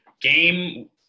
game